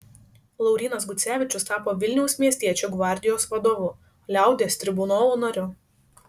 laurynas gucevičius tapo vilniaus miestiečių gvardijos vadovu liaudies tribunolo nariu